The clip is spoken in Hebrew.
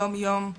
היום יום רביעי,